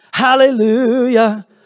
Hallelujah